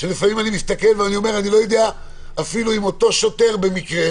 לפעמים אני לא יודע אפילו אם אותו שוטר במקרה,